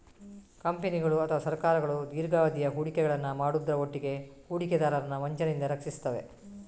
ಕಂಪನಿಗಳು ಅಥವಾ ಸರ್ಕಾರಗಳು ದೀರ್ಘಾವಧಿಯ ಹೂಡಿಕೆಗಳನ್ನ ಮಾಡುದ್ರ ಒಟ್ಟಿಗೆ ಹೂಡಿಕೆದಾರರನ್ನ ವಂಚನೆಯಿಂದ ರಕ್ಷಿಸ್ತವೆ